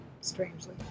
Strangely